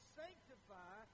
sanctify